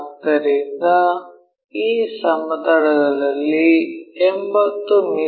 ಆದ್ದರಿಂದ ಈ ಸಮತಲಗಳಲ್ಲಿ 80 ಮಿ